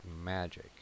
magic